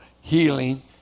healing